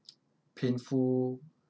painful